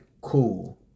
cool